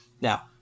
Now